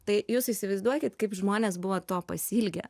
tai jūs įsivaizduokit kaip žmonės buvo to pasiilgę